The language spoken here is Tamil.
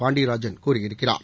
பாண்டியராஜன் கூறியிருக்கிறார்